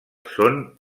són